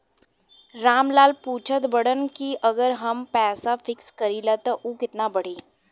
राम लाल पूछत बड़न की अगर हम पैसा फिक्स करीला त ऊ कितना बड़ी?